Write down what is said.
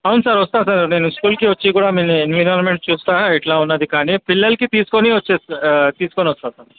అవును సార్ వస్తాను సార్ నేను స్కూల్కి వచ్చి కూడా మీ ఎన్విరాన్మెంట్ చూస్తాను ఎలా ఉంది కానీ పిల్లలని తీసుకుని వచ్చేస్తా తీసుకుని వస్తాను సార్